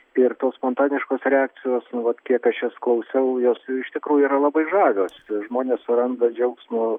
ir tos spontaniškos reakcijos nu vat kiek aš jas klausiau jos iš tikrųjų yra labai žavios žmonės suranda džiaugsmo